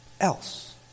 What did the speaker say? else